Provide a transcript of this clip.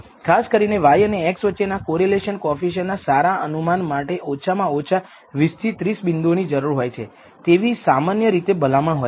ખાસ કરીને y અને x વચ્ચેના કોરિલેશન કોએફિસિએંટ ના સારા અનુમાન માટે ઓછામાં ઓછા 20 30 બિંદુઓની જરૂર હોય છે તેવી સામાન્ય રીતે ભલામણ હોય છે